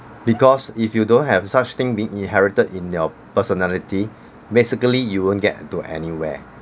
because if you don't have such thing being inherited in your personality basically you won't get to anywhere